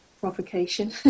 provocation